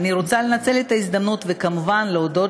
אני רוצה לנצל את ההזדמנות וכמובן להודות